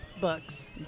books